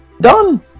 Done